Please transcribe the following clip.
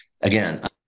Again